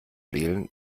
wählen